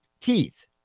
teeth